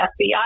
FBI